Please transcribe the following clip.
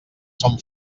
són